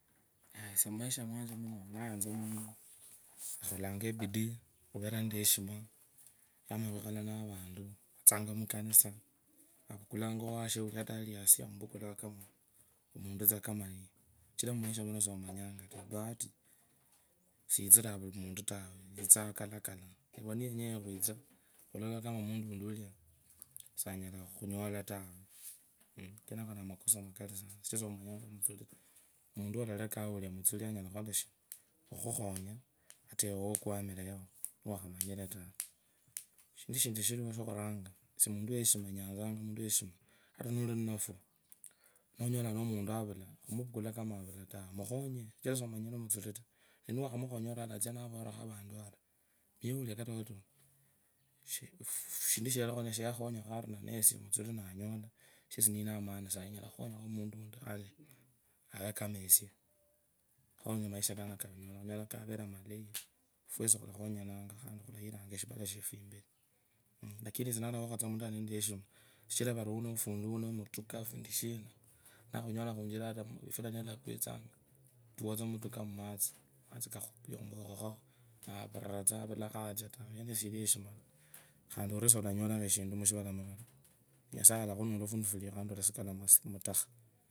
Ayasa mumasha mwanje ndayanza muntu urineebidii ukhakholanga heshima. Wamanya khwikhala navantu atsi tsanya mukansa avukulanga owashoo amuvukukingu tsaa umuntu kama niye kachira mushivaa muno somanyanga taa, ebaadi siyitsiranya vuli omunte tawe itsanga kalakalaa iweniyanyala kwitsa khulula kama omuntu wundi uria sanyala khonyola taa sichira somenyanga taa mutsuri taa omuntu worerekaa uria mutsuli anyala mutsuli khukhola ahinu? Khukhukhonya wokwamire yao nokhamanyire tawe shindu shinti nishiriwo shokhurangaa esie muntu weheshima eyanzanga muntu we heshima nolininafwa nonyola muntu avula khumuvukuria kama avula tawe mukhunye niwakhamukhonya alatsia navuriru avantu ari muya uria katoto khulakhunyonyanango khandi khulayirango shivala shefu imberi lakini esie ndayanzakho tsa omuntu arinende heshima kachira vari unemutukaa unendesandu shina nakhunyola khwinjioo ifula ilakwitsanga nakutumbulakho amatsa navura tsimbiro arulakho acha ineyo siyiri heshima taa nyasaye avokhumura fundifuria otsikala notakha.